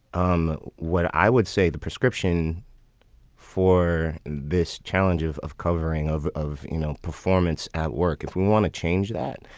um what i would say the prescription for this challenge of of covering of of you know performance at work, if we want to change that,